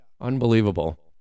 Unbelievable